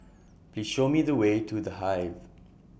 Please Show Me The Way to The Hive